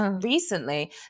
recently